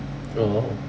oh